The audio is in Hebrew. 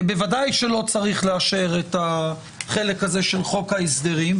בוודאי שלא צריך לאשר את החלק הזה של חוק ההסדרים,